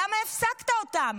למה הפסקת אותן?